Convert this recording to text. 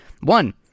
one